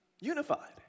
unified